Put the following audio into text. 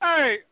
Hey